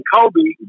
Kobe